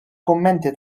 kummenti